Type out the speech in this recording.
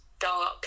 dark